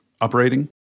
operating